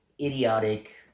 idiotic